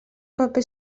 paper